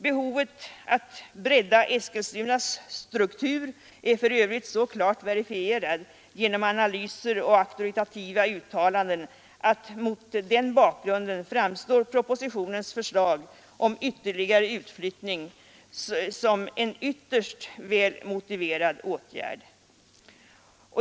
Behovet av att bredda Eskilstunas struktur är för övrigt så klart verifierat genom analyser och uttalanden att mot den bakgrunden propositionens förslag om ytterligare utflyttning dit framstår som ytterst väl motiverat.